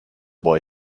boy